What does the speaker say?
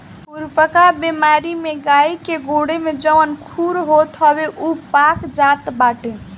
खुरपका बेमारी में गाई के गोड़े में जवन खुर होत हवे उ पाक जात बाटे